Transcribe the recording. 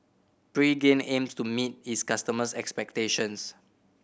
Pregain aims to meet its customers' expectations